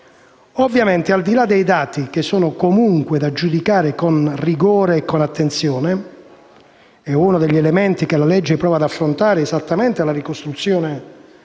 Ovviamente, al di là dei dati che sono comunque da giudicare con rigore e con attenzione - e uno degli elementi che il disegno di legge prova ad affrontare è esattamente la ricostruzione